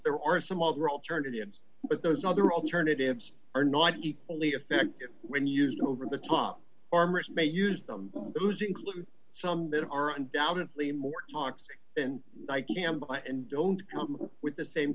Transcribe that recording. there are some all girl turned against but those other alternatives are not equally effective when used over the top farmers may use them those include some that are undoubtedly more toxic than i gamble and don't come with the same